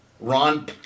Ron